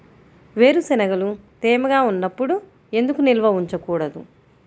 వేరుశనగలు తేమగా ఉన్నప్పుడు ఎందుకు నిల్వ ఉంచకూడదు?